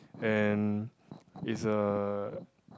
and is a